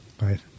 Right